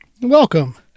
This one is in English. Welcome